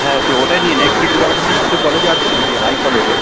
হ্যাঁ তুই ওটাই নিয়ে নে কিন্তু ব্যাপারটা হচ্ছে তুই তো কলেজে আসিস না তুই আই কলেজে